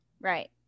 Right